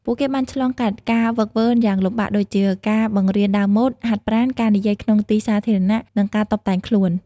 ពួកគេបានឆ្លងកាត់ការហ្វឹកហ្វឺនយ៉ាងលំបាកដូចជា ការបង្រៀនដើរម៉ូដ ហាត់ប្រាណ ការនិយាយក្នុងទីសាធារណៈ និងការតុបតែងខ្លួន។